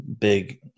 big